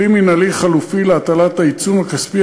כלי מינהלי חלופי להטלת העיצום הכספי,